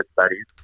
studies